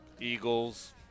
Eagles